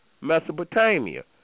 Mesopotamia